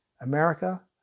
America